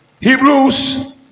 Hebrews